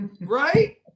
right